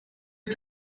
are